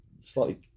slightly